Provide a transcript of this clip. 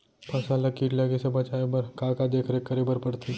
फसल ला किट लगे से बचाए बर, का का देखरेख करे बर परथे?